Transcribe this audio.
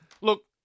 Look